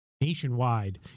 nationwide